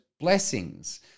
blessings